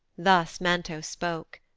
thus manto spoke.